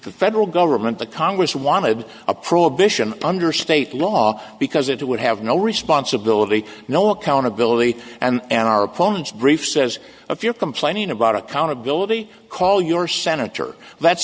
the federal government the congress wanted a prohibition under state law because it would have no responsibility no accountability and our opponents brief says if you're complaining about accountability call your senator that's